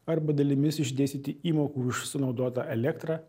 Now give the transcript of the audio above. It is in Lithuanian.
arba dalimis išdėstyti įmokų už sunaudotą elektrą